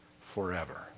forever